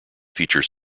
feature